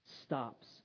stops